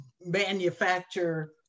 manufacture